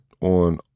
on